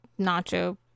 nacho